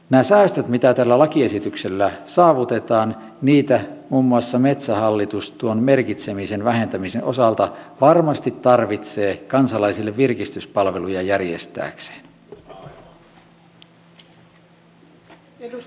niitä säästöjä mitä tällä lakiesityksellä saavutetaan muun muassa metsähallitus tuon merkitsemisen vähentämisen osalta varmasti tarvitsee kansalaisille virkistyspalveluja järjestääkseen